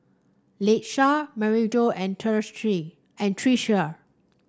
Latesha Maryjo and and Tressie